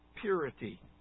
Purity